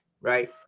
Right